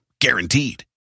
Guaranteed